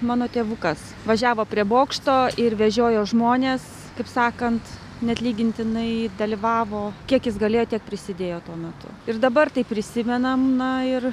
mano tėvukas važiavo prie bokšto ir vežiojo žmones kaip sakant neatlygintinai dalyvavo kiek jis galėjo tiek prisidėjo tuo metu ir dabar tai prisimenam na ir